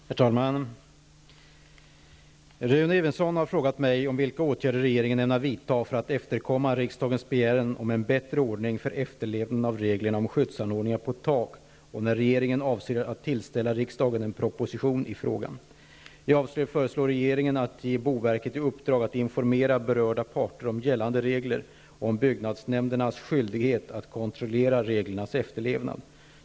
Herr talman! Rune Evensson har frågat mig om vilka åtgärder regeringen ämnar vidta för att efterkomma riksdagens begäran om en bättre ordning för efterlevnaden av reglerna om skyddsanordningar på tak och när regeringen avser tillställa riksdagen en proposition i frågan. Jag avser föreslå regeringen att ge boverket i uppdrag att informera berörda parter om gällande regler och om byggnadsnämndernas skyldighet att kontrollera reglernas efterlevnad.